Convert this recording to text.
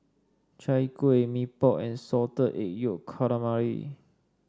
Chai Kuih Mee Pok and Salted Egg Yolk Calamari